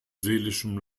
seelischem